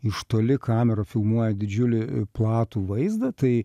iš toli kamera filmuoja didžiulį platų vaizdą tai